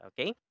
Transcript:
okay